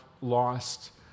lost